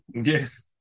Yes